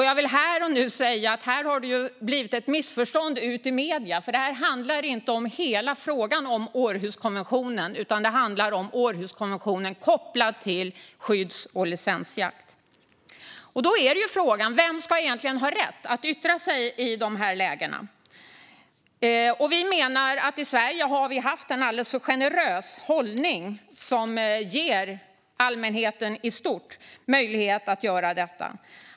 Jag vill här och nu säga att här har det blivit ett missförstånd i medierna. Detta handlar inte om hela frågan om Århuskonventionen utan om Århuskonventionen kopplat till skydds och licensjakt. Frågan är vem som egentligen ska ha rätt att yttra sig i de här lägena. Vi menar att Sverige har haft en alldeles för generös hållning som gett allmänheten i stort möjlighet att göra detta.